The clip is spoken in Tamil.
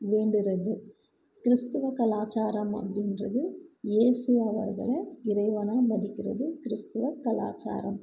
வேண்டுகிறது கிறிஸ்துவ கலாச்சாரம் அப்படின்றது ஏசு அவர்களை இறைவனாக மதிக்கிறது கிறிஸ்துவ கலாச்சாரம்